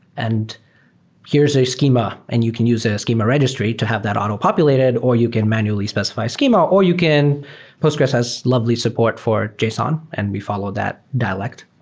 and here's a scheme, and you can use the schema registry to have that auto-populated or you can manually specify schema or you can postgres has lovely support for json, and we follow that dialect.